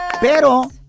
Pero